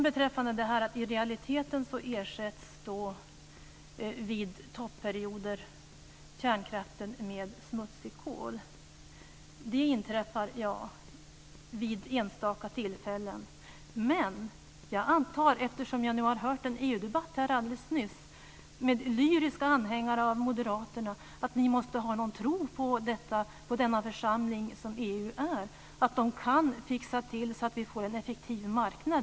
Beträffande detta att i realiteten ersätts kärnkraften vid topperioder med smutsig kol, inträffar detta bara vid enstaka tillfällen. Eftersom jag nyss har hört en EU-debatt med lyriska anhängare bland er moderater antar jag att ni måste ha en tro på att den församling som EU är kan fixa till det så att vi får en effektiv marknad.